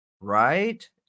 right